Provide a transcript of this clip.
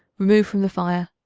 remove from the fire.